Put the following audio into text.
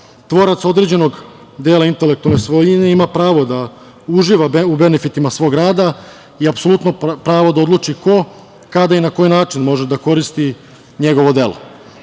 određenog dela intelektualne svojine ima pravo da uživa u benefitima svog rada i apsolutno pravo da odluči ko kada i na koji način može da koristi njegovo delo.